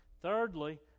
Thirdly